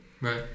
Right